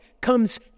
comes